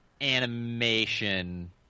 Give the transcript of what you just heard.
animation